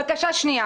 בג"ץ לא ייתן את זה.